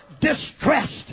distressed